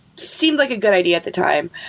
seemed like a good idea at the time.